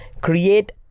create